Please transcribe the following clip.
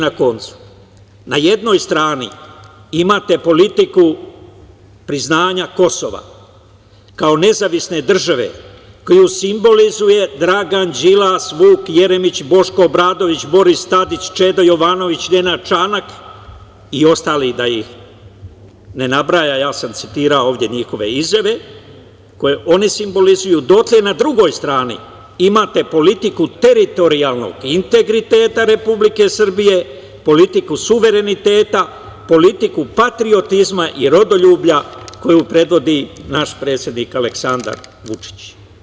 Na koncu, jednoj strani imate politiku priznanja Kosova kao nezavisne države koju simbolizuju Dragan Đilas, Vuk Jeremić, Boško Obradović, Boris Tadić, Čeda Jovanović, Nenad Čanak i ostali, da ih ne nabrajam, ja sam citirao ovde njihove izjave koje oni simbolizuju, dotle, na drugoj strani imate politiku teritorijalnog integriteta Republike Srbije, politiku suvereniteta, politiku patriotizma i rodoljublja koju predvodi naš predsednik Aleksandar Vučić.